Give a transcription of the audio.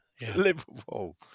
Liverpool